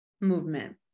movement